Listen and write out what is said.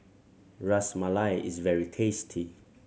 Ras Malai is very tasty